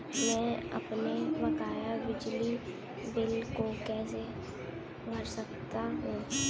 मैं अपने बकाया बिजली बिल को कैसे भर सकता हूँ?